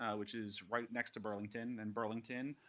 which is right next to burlington. and burlington,